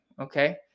Okay